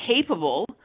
capable